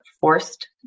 forced